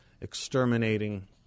exterminating